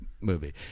movie